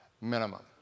minimum